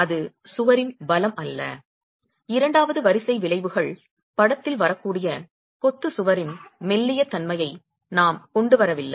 அது சுவரின் பலம் அல்ல இரண்டாவது வரிசை விளைவுகள் படத்தில் வரக்கூடிய கொத்து சுவரின் மெல்லிய தன்மையை நாம் கொண்டு வரவில்லை